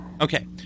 Okay